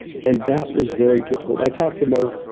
and that was very difficult. i talked to mark,